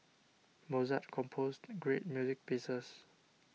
Mozart composed great music pieces